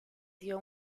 dio